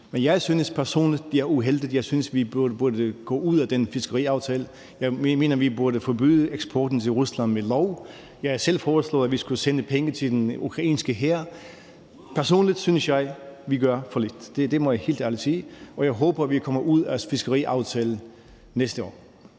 Men jeg synes personligt, det er uheldigt. Jeg synes, vi burde gå ud af den fiskeriaftale. Jeg mener, vi burde forbyde eksport til Rusland ved lov. Jeg har selv foreslået, at vi skulle sende penge til den ukrainske hær. Personligt synes jeg, vi gør for lidt – det må jeg helt ærligt sige – og jeg håber, vi kommer ud af fiskeriaftalen næste år.